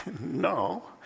No